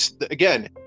Again